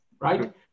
right